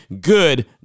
good